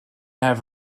have